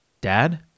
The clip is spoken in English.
Dad